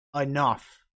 enough